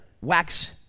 wax